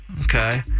Okay